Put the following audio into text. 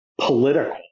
political